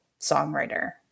songwriter